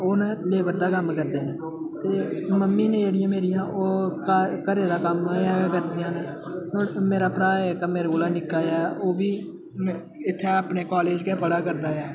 ओह् न लेबर दा कम्म करदे ते मम्मी न जेह्ड़ी मेरियां ओह् घर घरा दा कम्म गै करदियां न होर मेरा भ्राऽ जेह्का मेरे कोला निक्का ऐ ओह् बी इत्थें अपने कालेज गै पढ़ा करदा ऐ